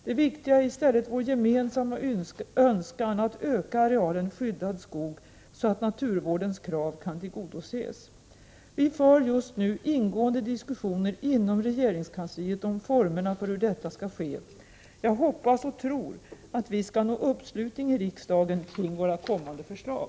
Det viktiga är i stället vår gemensamma önskan att öka arealen skyddad skog så att naturvårdens krav kan tillgodoses. Vi för just nu ingående diskussioner inom regeringskansliet om formerna för hur detta skall ske. Jag hoppas och tror att vi skall nå uppslutning i riksdagen kring våra kommande förslag.